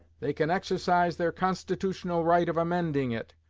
they can exercise their constitutional right of amending it,